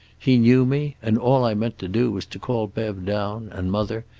he knew me, and all i meant to do was to call bev down, and mother,